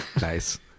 Nice